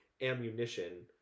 ammunition